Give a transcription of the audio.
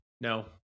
No